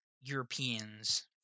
Europeans